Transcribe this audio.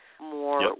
more